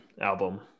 album